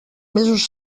mesos